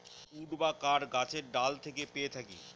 would বা কাঠ গাছের ডাল থেকে পেয়ে থাকি